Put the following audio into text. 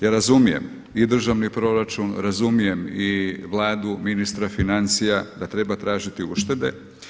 Ja razumijem i državni proračun, razumijem i Vladu, ministra financija da treba tražiti uštede.